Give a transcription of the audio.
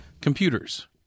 Computers